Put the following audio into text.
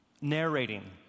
narrating